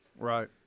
Right